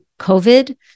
COVID